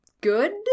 good